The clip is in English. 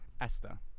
Esther